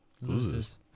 loses